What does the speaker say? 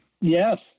Yes